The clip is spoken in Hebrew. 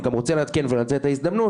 אני גם רוצה לעדכן ולנצל את ההזדמנות